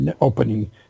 opening